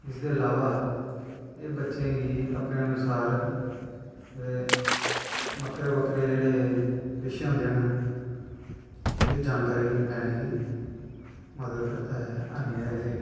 इसदे इलावा एह् बच्चें गी अपने अनुसार जेह्ड़े बक्खरे बक्खरे जेह्ड़े बिशे होंदे न उं'दी जानकारी लैने दी मदद करदा ऐ